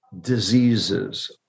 diseases